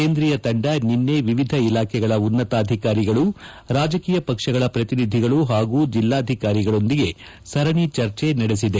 ಕೇಂದ್ರೀಯ ತಂಡ ನಿನ್ನೆ ವಿವಿಧ ಇಲಾಖೆಗಳ ಉನ್ನತಾಧಿಕಾರಿಗಳು ರಾಜಕೀಯ ಪಕ್ಷಗಳ ಪ್ರತಿನಿಧಿಗಳು ಹಾಗೂ ಜಿಲ್ಲಾಧಿಕಾರಿಗಳೊಂದಿಗೆ ಸರಣಿ ಚರ್ಚೆ ನಡೆಸಿದೆ